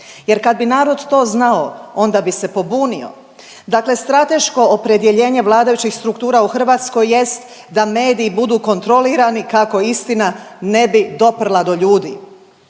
jer kad bi narod to znao onda bi se pobunio. Dakle strateško opredjeljenje vladajućih struktura u Hrvatskoj jest da mediji budu kontrolirani kako istina ne bi doprla do ljudi.